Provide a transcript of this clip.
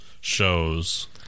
shows